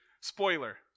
Spoiler